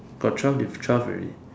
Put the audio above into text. got twelve diff twelve already